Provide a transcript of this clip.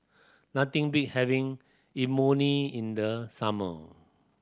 nothing beat having Imoni in the summer